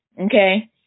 okay